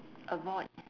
avoid